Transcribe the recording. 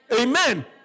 Amen